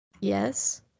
Yes